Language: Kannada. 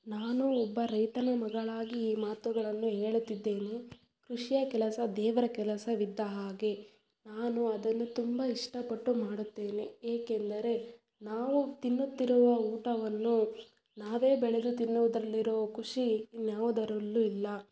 ನಾನು ಒಬ್ಬ ರೈತನ ಮಗಳಾಗಿ ಈ ಮಾತುಗಳನ್ನು ಹೇಳುತ್ತಿದ್ದೇನೆ ಕೃಷಿಯ ಕೆಲಸ ದೇವರ ಕೆಲಸವಿದ್ದ ಹಾಗೆ ನಾನು ಅದನ್ನು ತುಂಬ ಇಷ್ಟಪಟ್ಟು ಮಾಡುತ್ತೇನೆ ಏಕೆಂದರೆ ನಾವು ತಿನ್ನುತ್ತಿರುವ ಊಟವನ್ನು ನಾವೇ ಬೆಳೆದು ತಿನ್ನೋದರಲ್ಲಿರೋ ಖುಷಿ ಇನ್ಯಾವುದರಲ್ಲೂ ಇಲ್ಲ